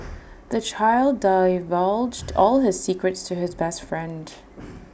the child divulged all his secrets to his best friend